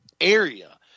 area